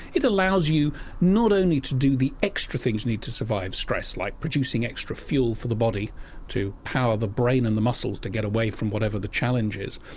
it allows you not only to do the extra things you need to survive stress like producing extra fuel for the body to power the brain and the muscles to get away from whatever the challenge is,